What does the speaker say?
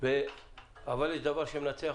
אבל פרוטוקול